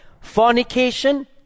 Fornication